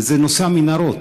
וזה נושא המנהרות.